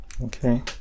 Okay